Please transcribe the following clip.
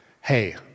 Hey